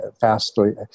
fastly